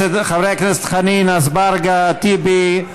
חברי הכנסת חנין, אזברגה, טיבי,